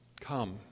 Come